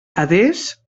adés